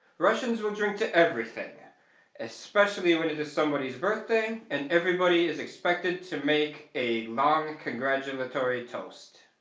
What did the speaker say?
russians will drink to everything especially when it is somebody's birthday, and everybody is expected to make a long congratulatory toast.